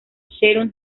sharon